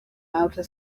outer